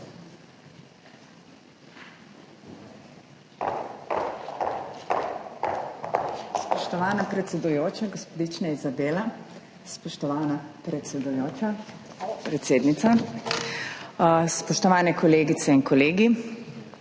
Spoštovana predsedujoča, gospodična Izabela, spoštovana predsedujoča, predsednica, spoštovani kolegice in kolegi!